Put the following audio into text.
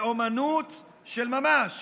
לאומנות של ממש.